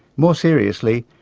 more seriously,